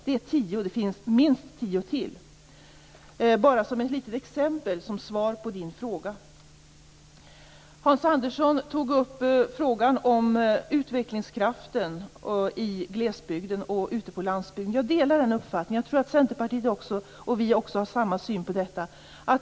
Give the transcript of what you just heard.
Det är tio exempel, och det finns minst tio till. Det var bara som svar på Kent Olssons fråga. Hans Andersson tog upp frågan om utvecklingskraften i glesbygden och ute på landsbygden. Jag delar hans uppfattning. Jag tror att Centerpartiet och vi också har samma syn på detta.